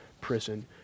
prison